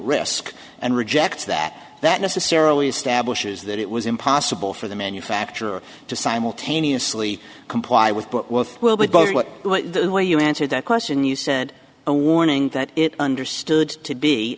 risk and rejects that that necessarily establishes that it was impossible for the manufacturer to simultaneously comply with but will will be both but the way you answered that question you said a warning that it understood to be